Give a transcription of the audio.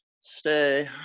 Stay